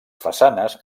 façanes